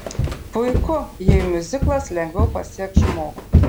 puiku jei miuziklas lengviau pasieks žmogų